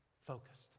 focused